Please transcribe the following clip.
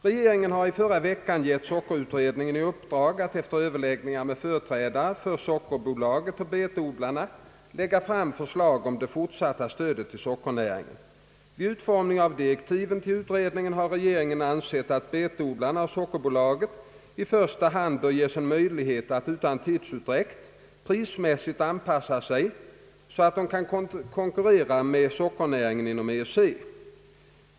Regeringen har i förra veckan gett sockerutredningen i uppdrag att efter överläggningar med företrädarna för sockerbolaget och betodlarna lägga fram förslag om det fortsatta stödet till sockernäringen. Vid utformningen av direktiven till utredningen har regeringen ansett att betodlarna och sockerbolaget i första hand bör ges en möjlighet att utan tidsutdräkt prismässigt anpassa sig så, att de kan konkurrera med sockernäringen inom EEC.